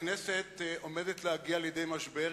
הכנסת עומדת להגיע לידי משבר,